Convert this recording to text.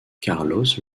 carlos